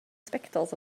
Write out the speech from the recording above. specdols